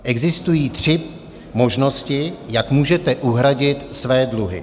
Existují tři možnosti, jak můžete uhradit své dluhy.